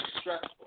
stressful